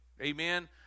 Amen